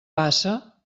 passa